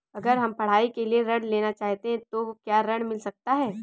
अगर हम पढ़ाई के लिए ऋण लेना चाहते हैं तो क्या ऋण मिल सकता है?